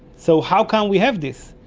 so how come we have this?